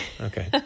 Okay